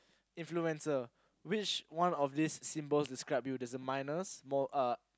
influencer which one of these symbols describe you there's a minus more uh